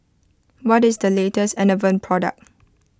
what is the latest Enervon product